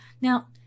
Now